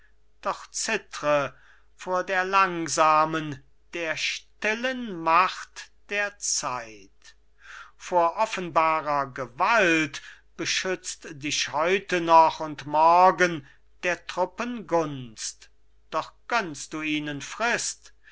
doch zittre vor der langsamen der stillen macht der zeit vor offenbarer gewalt beschützt dich heute noch und morgen der truppen gunst doch gönnst du ihnen frist